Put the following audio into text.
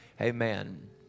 amen